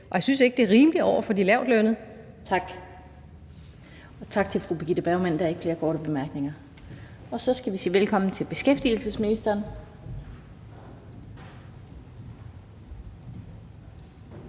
i. Jeg synes ikke, det er rimeligt over for de lavtlønnede. Kl. 16:32 Den fg. formand (Annette Lind): Tak til fru Birgitte Bergman. Der er ikke flere korte bemærkninger. Og så skal vi sige velkommen til beskæftigelsesministeren.